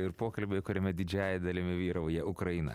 ir pokalbyje kuriame didžiąja dalimi vyrauja ukraina